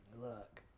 Look